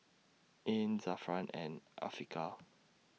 Ain Zafran and Afiqah